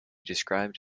described